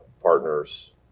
partners